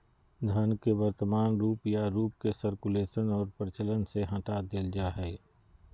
धन के वर्तमान रूप या रूप के सर्कुलेशन और प्रचलन से हटा देल जा हइ